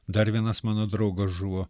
dar vienas mano draugas žuvo